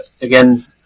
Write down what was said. again